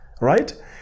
right